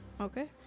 Okay